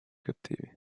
cattivi